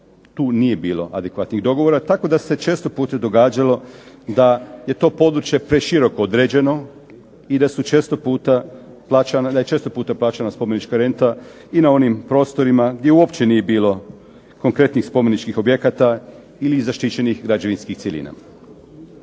Tu nije bilo adekvatnih dogovora, tako da se često puta događalo da je to područje preširoko određeno i da su često puta plaćana spomenička renta i na onim prostorima gdje uopće nije bilo konkretnih spomeničkih objekata ili zaštićenih građevinskih cjelina.